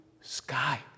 sky